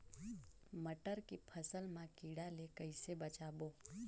मटर के फसल मा कीड़ा ले कइसे बचाबो?